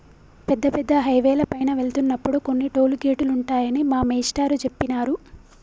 పెద్ద పెద్ద హైవేల పైన వెళ్తున్నప్పుడు కొన్ని టోలు గేటులుంటాయని మా మేష్టారు జెప్పినారు